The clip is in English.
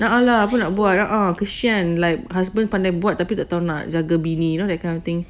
tak tahu apa nak buat kesian like husband pandai buat you know that kind of thing